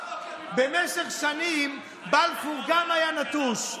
במשך שנים גם בלפור היה נטוש,